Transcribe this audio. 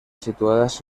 situadas